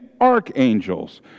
archangels